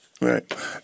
Right